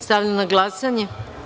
Stavljam na glasanje.